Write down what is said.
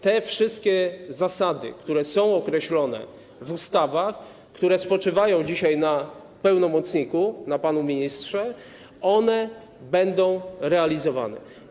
Te wszystkie zasady, które są określone w ustawach, które spoczywają dzisiaj na pełnomocniku, na panu ministrze, będą realizowane.